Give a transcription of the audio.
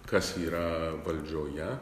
kas yra valdžioje